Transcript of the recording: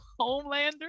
Homelander